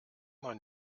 man